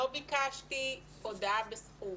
לא ביקשתי הודעה בסכום,